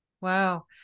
Wow